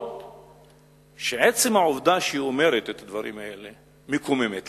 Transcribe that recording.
אף-על-פי שעצם העובדה שהיא אומרת את הדברים האלה מקוממת.